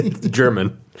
German